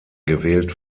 gewählt